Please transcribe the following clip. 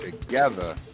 together